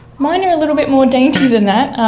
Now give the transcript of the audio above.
mine are a little bit more dainty than that.